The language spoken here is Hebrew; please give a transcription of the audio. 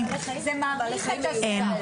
זה כבר דובר אז אני לא ארחיב,